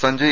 Sanjay